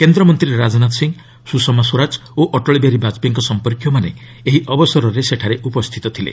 କେନ୍ଦ୍ରମନ୍ତ୍ରୀ ରାଜନାଥ ସିଂ ସୁଷମା ସ୍ୱରାଜ ଓ ଅଟଳ ବିହାରୀ ବାଜପେୟୀଙ୍କ ସମ୍ପର୍କୀୟମାନେ ଏହି ଅବସରରେ ଉପସ୍ଥିତ ଥିଲେ